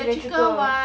electrical